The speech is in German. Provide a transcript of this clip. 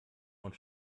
und